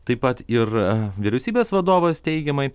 taip pat ir vyriausybės vadovas teigiamai